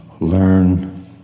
learn